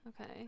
Okay